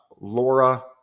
Laura